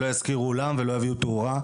של בית הספר ולא ישכירו אולם ולא יביאו תאורה.